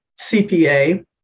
CPA